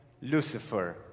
Lucifer